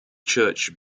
church